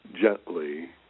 gently